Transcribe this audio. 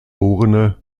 geb